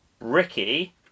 ricky